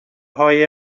های